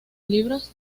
libros